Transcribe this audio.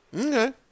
Okay